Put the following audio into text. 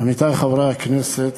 עמיתי חברי הכנסת,